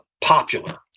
popular